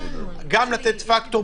גם לתת פקטור,